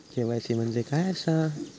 KYC म्हणजे काय आसा?